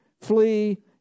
flee